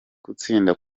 gutsinda